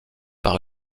par